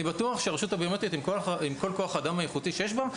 אני בטוח שהרשות הביומטרית עם כל כוח האדם האיכותי שיש בה,